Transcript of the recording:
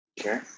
Okay